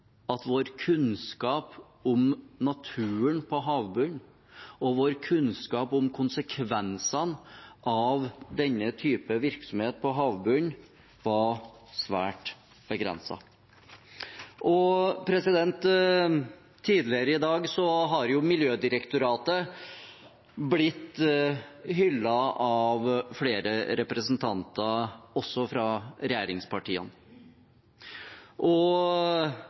at vår kunnskap om naturen på havbunnen og vår kunnskap om konsekvensene av denne typen virksomhet på havbunnen var svært begrenset. Tidligere i dag har Miljødirektoratet blitt hyllet av flere representanter, også fra regjeringspartiene.